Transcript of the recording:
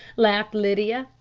laughed lydia,